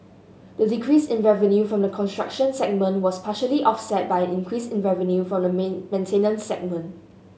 the decrease in revenue from the construction segment was partially offset by an increase in revenue from the maintenance segment